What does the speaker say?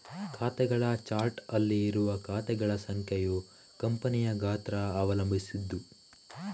ಖಾತೆಗಳ ಚಾರ್ಟ್ ಅಲ್ಲಿ ಇರುವ ಖಾತೆಗಳ ಸಂಖ್ಯೆಯು ಕಂಪನಿಯ ಗಾತ್ರ ಅವಲಂಬಿಸಿದ್ದು